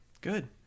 Good